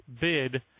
bid